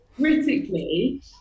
critically